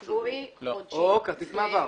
שבועי או חודשי ומסטריאלי,